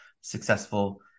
successful